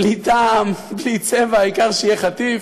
בלי טעם, בלי צבע, העיקר שיהיה חטיף,